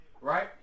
Right